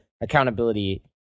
accountability